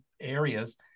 areas